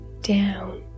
down